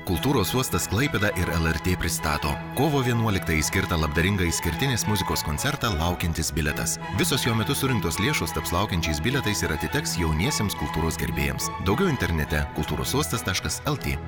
kultūros uostas klaipėda ir lrt pristato kovo vienuoliktajai skirtą labdaringą išskirtinės muzikos koncertą laukiantis bilietas visos jo metu surinktos lėšos taps laukiančiais bilietais ir atiteks jauniesiems kultūros gerbėjams daugiau internete kultūros uostas taškas lt